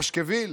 פשקוויל,